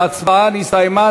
ההצבעה נסתיימה.